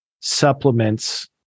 supplements